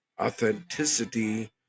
authenticity